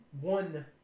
one